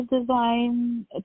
design